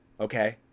Okay